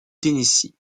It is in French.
tennessee